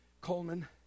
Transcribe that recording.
Coleman